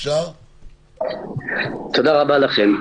תודה רבה לכם.